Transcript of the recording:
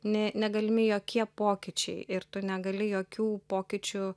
nė negalimi jokie pokyčiai ir tu negali jokių pokyčių